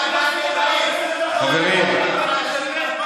אלה אנשים שבעים שלא מכירים, כל אחד, אף פעם.